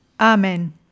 Amen